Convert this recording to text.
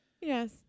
Yes